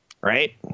Right